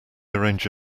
arrange